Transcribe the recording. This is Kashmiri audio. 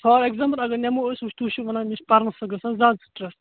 فار ایٚگزامپُل اگر نِمو أسۍ تُہۍ چھِو ونان مےٚ چھُ پَرنہٕ سۭتۍ گَژھان زیادٕ سِٹرس